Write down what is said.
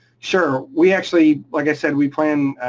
sure, we actually, like i said, we plan.